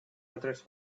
address